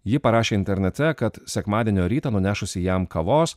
ji parašė internete kad sekmadienio rytą nunešusi jam kavos